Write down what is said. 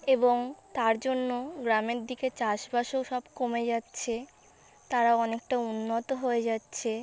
এবং তার জন্য গ্রামের দিকে চাষবাসও সব কমে যাচ্ছে তারা অনেকটা উন্নত হয়ে যাচ্ছে